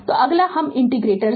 तो अगला हम इनडकटर्स